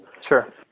Sure